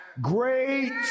great